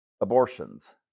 abortions